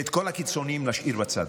ואת כל הקיצוניים נשאיר בצד.